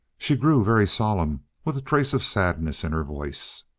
she grew very solemn, with a trace of sadness in her voice.